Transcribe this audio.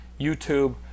youtube